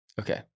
Okay